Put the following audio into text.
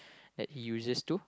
that he uses to